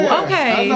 okay